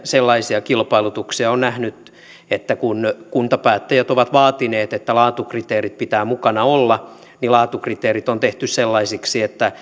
sellaisia kilpailutuksia olen nähnyt että kun kuntapäättäjät ovat vaatineet että laatukriteerien pitää mukana olla niin laatukriteerit on tehty sellaisiksi että